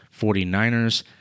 49ers